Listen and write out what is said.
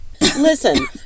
Listen